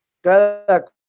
cada